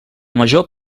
major